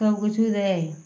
সবকিছু দেয়